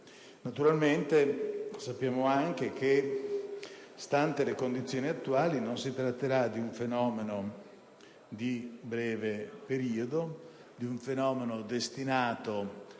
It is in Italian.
Naturalmente sappiamo anche che, stanti le condizioni attuali, non si tratterà di un fenomeno di breve periodo, destinato